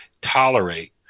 tolerate